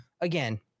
again